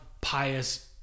pious